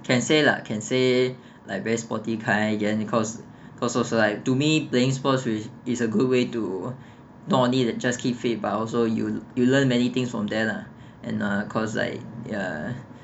can say lah can say like very sporty kind then because cause also like to me playing sports which is a good way to not only that just keep fit but also you you learn many things from there lah cause like ya